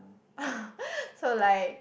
so like